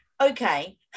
Okay